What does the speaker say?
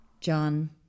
John